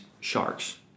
sharks